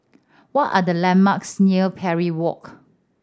what are the landmarks near Parry Walk